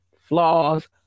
Flaws